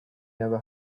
never